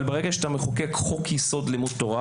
אבל ברגע שאתה מחוקק חוק יסוד: לימוד תורה